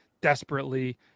desperately